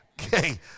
Okay